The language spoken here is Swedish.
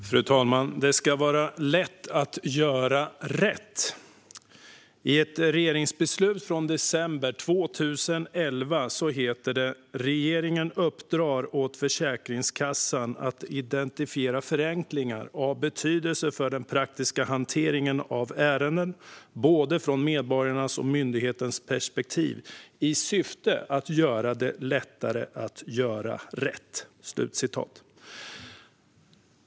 Fru talman! Det ska vara lätt att göra rätt. I ett regeringsbeslut från december 2011 heter det: "Regeringen uppdrar åt Försäkringskassan att identifiera förenklingar av betydelse för den praktiska hanteringen av ärenden, både från medborgarnas och myndighetens perspektiv i syfte att göra det lättare att göra rätt."